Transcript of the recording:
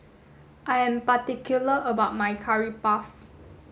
I am particular about my curry puff